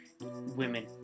women